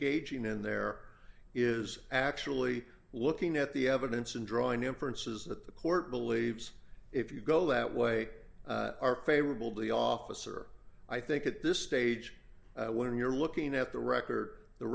gauging in there is actually looking at the evidence and drawing inferences that the court believes if you go that way are favorable to the officer i think at this stage when you're looking at the record the